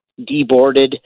deboarded